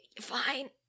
fine